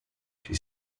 she